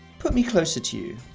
put me closer to you